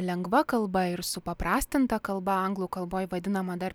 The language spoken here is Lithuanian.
lengva kalba ir supaprastinta kalba anglų kalboj vadinama dar